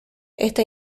esta